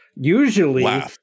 usually